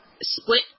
split